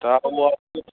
रावआनो